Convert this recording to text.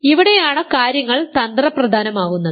അതിനാൽ ഇവിടെയാണ് കാര്യങ്ങൾ തന്ത്രപ്രധാനമാകുന്നത്